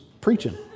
preaching